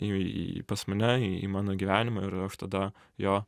iii pas mane į mano gyvenimą ir aš tada jo